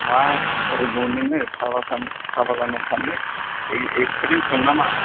मा रोंगौ नोङो साहाबागान साहाबागानाव थानो इक्सपेरिएन्स दं नामा